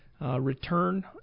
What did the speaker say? return